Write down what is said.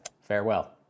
farewell